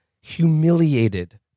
humiliated